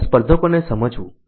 અમારા સ્પર્ધકોને સમજવું